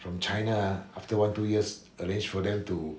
from china ah after one two years arranged for them to